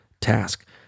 task